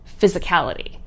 physicality